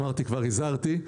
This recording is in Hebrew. כבר הזהרתי,